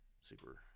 Super